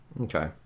Okay